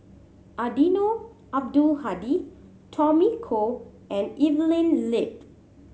Eddino Abdul Hadi Tommy Koh and Evelyn Lip